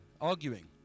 arguing